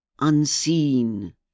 unseen